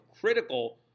critical